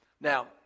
now